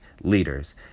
leaders